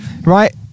right